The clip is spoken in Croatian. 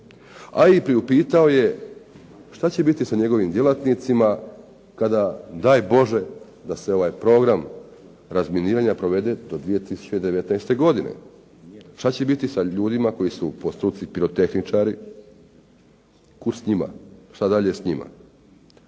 a priupitao je što će biti sa njegovim djelatnicima kada daj Bože da se ovaj program razminiranja provede do 2019. godine? Što će biti sa ljudima koji su po struci pirotehničari? Kud s njima, što dalje s njima?